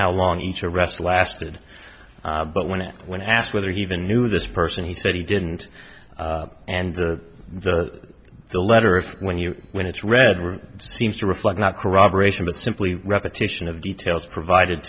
how long each arrest lasted but when it when asked whether he even knew this person he said he didn't and the very the letter if when you when it's read were seems to reflect not corroboration but simply repetition of details provided